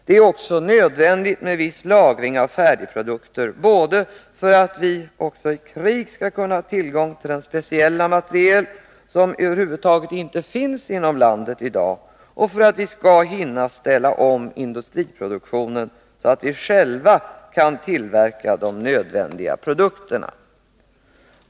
Det är också nödvändigt med en viss lagring av färdigprodukter, både för att vi också i krig skall ha tillgång till den speciella materiel som över huvud taget inte finns inom landet i dag och för att vi skall hinna ställa om industriproduktionen så att vi själva kan tillverka de nödvändiga produkterna.